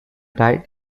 died